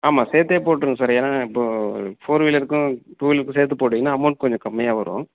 ஆமாம் சேர்த்தே போட்டிருங்க சார் ஏன்னா இப்போது ஃபோர் வீலருக்கும் டூ வீலருக்கும் சேர்த்து போட்டிங்கன்னா அமௌண்ட் கொஞ்சம் கம்மியாக வரும்